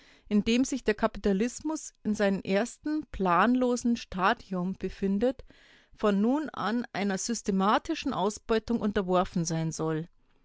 in dem sich der kapitalismus in seinem ersten planlosen stadium befindet von nun an einer systematischen ausbeutung unterworfen sein soll